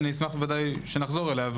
אחזור אליה.